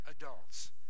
adults